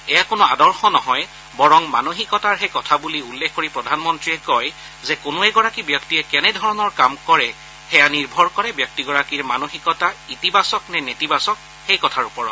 এয়া কোনো আদৰ্শ নহয় বৰং মানসিকতাৰহে কথা বুলি উল্লেখ কৰি প্ৰধানমন্ত্ৰীয়ে কয় যে কোনো এগৰাকী ব্যক্তিয়ে কেনে ধৰণৰ কাম কৰে সেয়া নিৰ্ভৰ কৰে ব্যক্তিগৰাকীৰ মানসিকতা ইতিবাচক নে নেতিবাচক সেই কথাৰ ওপৰত